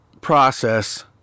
process